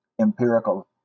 empirical